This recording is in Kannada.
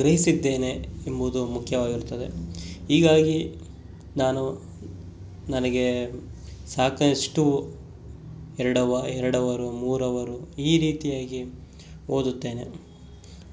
ಗ್ರಹಿಸಿದ್ದೇನೆ ಎಂಬುದು ಮುಖ್ಯವಾಗಿರುತ್ತದೆ ಹೀಗಾಗಿ ನಾನು ನನಗೆ ಸಾಕಷ್ಟು ಎರಡು ಅವ ಎರಡು ಅವರು ಮೂರು ಅವರು ಈ ರೀತಿಯಾಗಿ ಓದುತ್ತೇನೆ